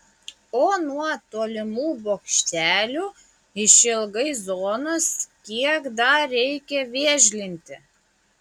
o nuo tolimų bokštelių išilgai zonos kiek dar reikia vėžlinti